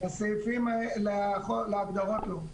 להגדרות לא.